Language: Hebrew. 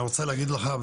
אני רוצה להגיד לך,